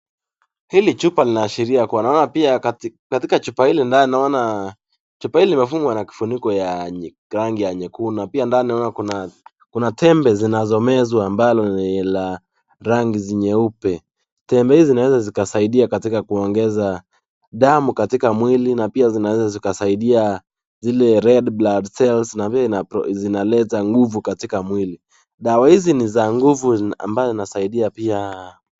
Hili chupa linaashiria kuona pia katika chupa hili ndani naona chupa hili limefungwa na kifuniko ya rangi ya nyekundu. Pia ndani naona kuna kuna tembe zinazomezwa ambalo ni la rangi nyeupe. Tembe hizi zinaweza zikasaidia katika kuongeza damu katika mwili na pia zinaweza zikasaidia zile red blood cells na pia zinaleta nguvu katika mwili. Dawa hizi ni za nguvu ambayo zinasaidia pia.